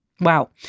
Wow